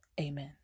Amen